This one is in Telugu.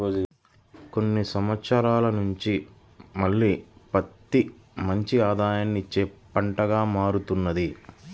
కొన్ని సంవత్సరాల నుంచి మళ్ళీ పత్తి మంచి ఆదాయాన్ని ఇచ్చే పంటగా మారుతున్నది